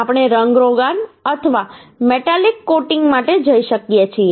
આપણે રંગરોગાન અથવા મેટાલિક કોટિંગ માટે જઈ શકીએ છીએ